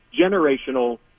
generational